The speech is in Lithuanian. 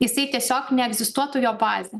jisai tiesiog neegzistuotų jo bazė